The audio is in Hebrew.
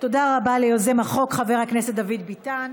תודה רבה ליוזם החוק, חבר הכנסת דוד ביטן.